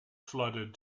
flooded